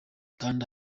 kanda